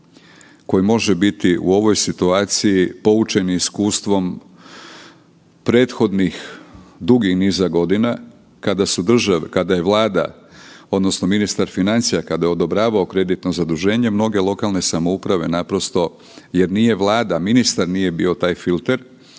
koji može biti u ovoj situaciji poučeni iskustvom prethodnih dugi niza godina kada je vlada odnosno ministar financija kada je odobravao kreditno zaduženje, mnoge lokalne samouprave naprosto jer nije Vlada, ministar nije bio taj filter,